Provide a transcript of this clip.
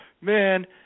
Man